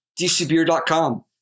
dcbeer.com